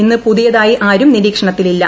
ഇന്ന് പുതിയതായി ആരും നിരീക്ഷണത്തിൽ ഇല്ല